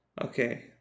Okay